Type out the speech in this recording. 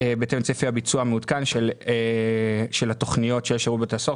בהתאם לצפי הביצוע המעודכן של התוכניות של שירות בתי הסוהר,